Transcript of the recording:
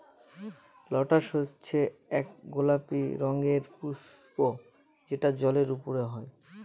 lotus হচ্ছে এক গোলাপি রঙের পুস্প যেটা জলের ওপরে হয়